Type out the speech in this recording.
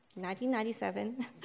1997